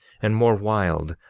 and more wild,